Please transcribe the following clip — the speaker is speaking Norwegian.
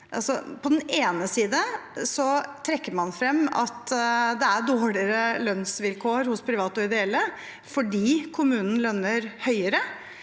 ved at man trekker frem at det er dårligere lønnsvilkår hos private og ideelle fordi kommunen lønner høyere?